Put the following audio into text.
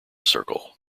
circle